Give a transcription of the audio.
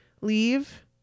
leave